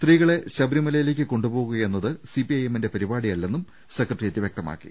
സ്ത്രീകളെ ശബരിമലയിലേക്ക് കൊണ്ടുപോവുക എന്നത് സിപിഐഎമ്മിന്റെ പരിപാടിയല്ലെന്നും സെക്രട്ടേറിയറ്റ് വൃക്ത മാക്കി